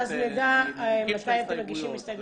ואז נדע מתי אתם מגישים הסתייגויות.